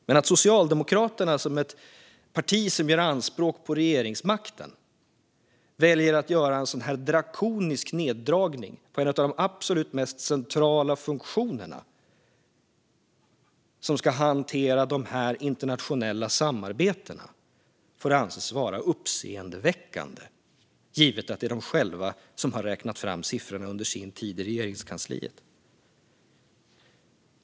Men att Socialdemokraterna som ett parti som gör anspråk på regeringsmakten väljer att göra en så drakonisk neddragning för en av de absolut mest centrala funktionerna som ska hantera dessa internationella samarbeten får anses vara uppseendeväckande, givet att det är de själva som har räknat fram siffrorna under sin tid i Regeringskansliet.